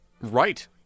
Right